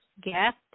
guest